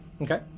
Okay